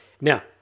Now